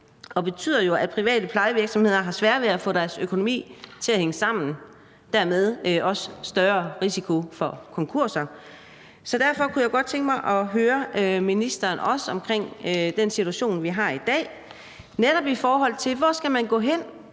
jo betyder, at private plejevirksomheder har sværere ved at få deres økonomi til at hænge sammen og der dermed også er en større risiko for konkurser? Så derfor kunne jeg godt tænke mig at høre ministeren omkring den situation, vi har i dag, altså netop hvor man som